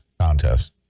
contest